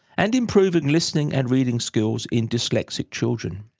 and improving listening and reading skills in dyslexic children.